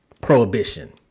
Prohibition